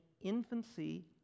infancy